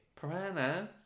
Piranhas